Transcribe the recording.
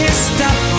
stop